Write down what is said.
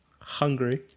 hungry